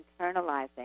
internalizing